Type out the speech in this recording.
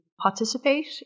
participate